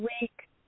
week